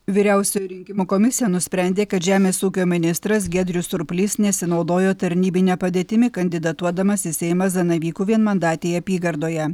vyriausioji rinkimų komisija nusprendė kad žemės ūkio ministras giedrius surplys nesinaudojo tarnybine padėtimi kandidatuodamas į seimą zanavykų vienmandatėje apygardoje